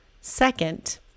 Second